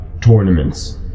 tournaments